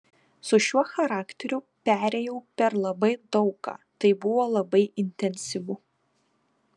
su šiuo charakteriu perėjau per labai daug ką tai buvo labai intensyvu